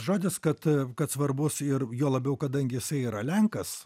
žodis kad kad svarbus ir juo labiau kadangi jisai yra lenkas